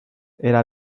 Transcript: era